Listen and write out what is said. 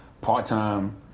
part-time